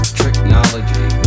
technology